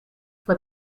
fue